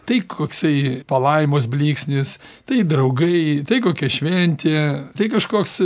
tai koksai palaimos blyksnis tai draugai tai kokia šventė tai kažkoks